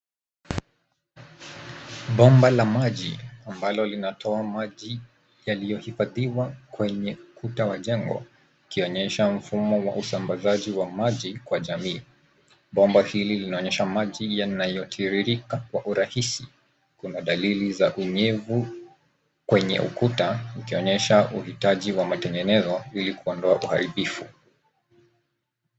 Bomba la maji ambalo linatoa maji yaliyohifadhiwa kwenye ukuta wa jengo ukionyesha mfumo wa usambazaji wa maji kwa jamii. Bomba hili linaonyesha maji yanayotiririka kwa urahisi. Kuna dalili za unyevu kwenye ukuta ukionyesha uhitaji wa matengenezo ili kuondoa uharibifu.